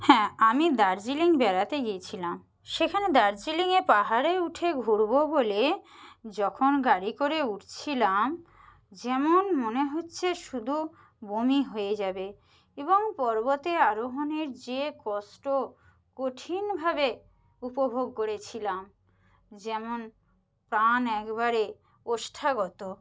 হ্যাঁ আমি দার্জিলিং বেড়াতে গিয়েছিলাম সেখানে দার্জিলিংয়ে পাহাড়ে উঠে ঘুরবো বলে যখন গাড়ি করে উঠছিলাম যেমন মনে হচ্ছে শুধু বমি হয়ে যাবে এবং পর্বতে আরোহণের যে কষ্ট কঠিনভাবে উপভোগ করেছিলাম যেমন প্রাণ একবারে ওষ্ঠাগত